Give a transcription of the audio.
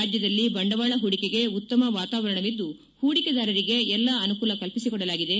ರಾಜ್ಞದಲ್ಲಿ ಬಂಡವಾಳ ಹೂಡಿಕೆಗೆ ಉತ್ತಮ ವಾತಾವರಣವಿದ್ದು ಹೂಡಿಕೆದಾರರಿಗೆ ಎಲ್ಲಾ ಅನುಕೂಲ ಕಲ್ಪಿಸಿಕೊಡಲಾಗಿದೆ